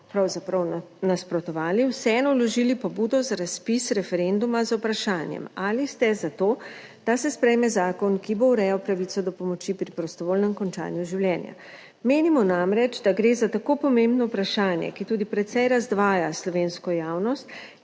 pravzaprav nasprotovali, vseeno vložili pobudo za razpis referenduma z vprašanjem: Ali ste za to, da se sprejme zakon, ki bo urejal pravico do pomoči pri prostovoljnem končanju življenja? Menimo namreč, da gre za tako pomembno vprašanje, ki tudi precej razdvaja slovensko javnost